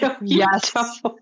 Yes